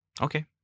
Okay